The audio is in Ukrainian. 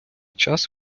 час